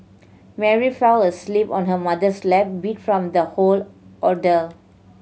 Mary fell asleep on her mother's lap beat from the whole ordeal